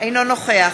אינו נוכח